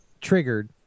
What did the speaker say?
triggered